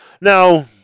Now